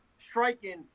striking